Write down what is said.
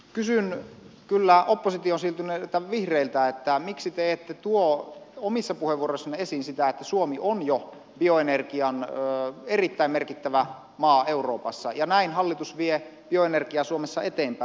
kysyn kyllä oppositioon siirtyneiltä vihreiltä miksi te ette tuo omissa puheenvuoroissanne esiin sitä että suomi on jo bioenergian erittäin merkittävä maa euroopassa ja näin hallitus vie bioenergiaa suomessa eteenpäin